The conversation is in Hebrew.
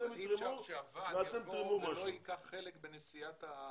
אבל אי אפשר שהוועד יבוא ולא ייקח חלק בנשיאת האחראיות.